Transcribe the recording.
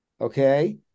okay